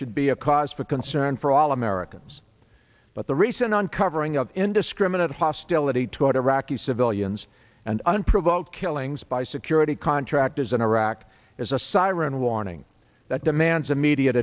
should be a cause for concern for all americans but the recent uncovering of indiscriminate hostility toward iraqi civilians and unprovoked killings by security contractors in iraq is a siren warning that demands immediate